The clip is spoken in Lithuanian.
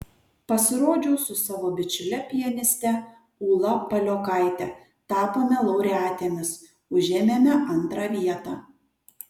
pasirodžiau su savo bičiule pianiste ūla paliokaite tapome laureatėmis užėmėme antrą vietą